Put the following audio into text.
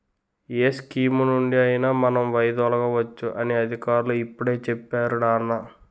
ఏ స్కీమునుండి అయినా మనం వైదొలగవచ్చు అని అధికారులు ఇప్పుడే చెప్పేరు నాన్నా